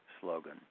slogan